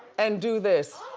and do this. oh!